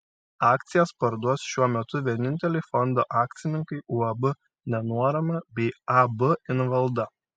akcijas parduos šiuo metu vieninteliai fondo akcininkai uab nenuorama bei ab invalda